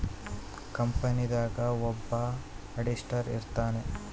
company ದಾಗ ಒಬ್ಬ auditor ಇರ್ತಾನ